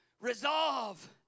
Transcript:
Resolve